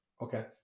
Okay